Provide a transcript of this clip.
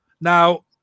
Now